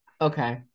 Okay